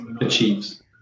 achieves